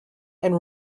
and